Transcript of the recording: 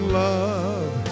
love